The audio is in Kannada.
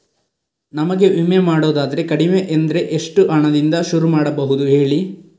ನಮಗೆ ವಿಮೆ ಮಾಡೋದಾದ್ರೆ ಕಡಿಮೆ ಅಂದ್ರೆ ಎಷ್ಟು ಹಣದಿಂದ ಶುರು ಮಾಡಬಹುದು ಹೇಳಿ